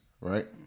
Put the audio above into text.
right